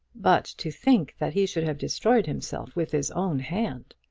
but to think that he should have destroyed himself with his own hand!